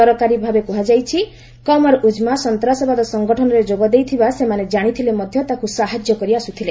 ସରକାରୀଭାବେ କୁହାଯାଇଛି କମର୍ ଉଜ୍ଜମା ସନ୍ତାସବାଦ ସଙ୍ଗଠନରେ ଯୋଗ ଦେଇଥିବା ସେମାନେ ଜାଶିଥିଲେ ମଧ୍ୟ ତାକୁ ସାହାଯ୍ୟ କରିଆସୁଥିଲେ